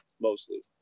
mostly